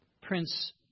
Prince